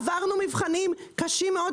עברנו מבחנים קשים מאוד,